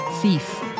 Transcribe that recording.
thief